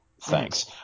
Thanks